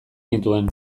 nituen